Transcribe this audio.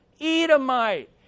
Edomite